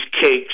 cakes